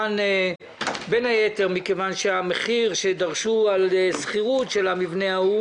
בין היתר מכיוון שהמחיר שדרשו על שכירות של המבנה היה